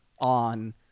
on